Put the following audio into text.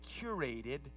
curated